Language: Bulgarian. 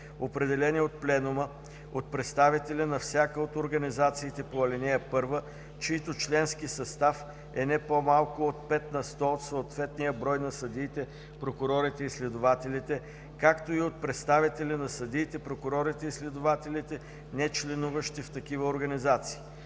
определени от пленума, от представители на всяка от организациите по ал. 1, чийто членски състав е не по-малък от 5 на сто от съответния брой на съдиите, прокурорите и следователите, както и от представители на съдиите, прокурорите и следователите, нечленуващи в такива организации.